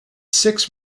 six